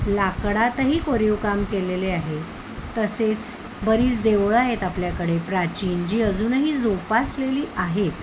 लाकडातही कोरीव काम केलेले आहे तसेच बरीच देवळं आहेत आपल्याकडे प्राचीन जी अजूनही जोपासलेली आहेत